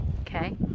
Okay